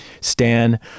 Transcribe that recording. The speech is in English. stan